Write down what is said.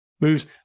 moves